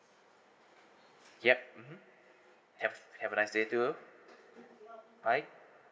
yup mmhmm have have a nice day too right